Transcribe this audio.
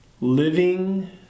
Living